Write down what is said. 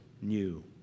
new